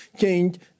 change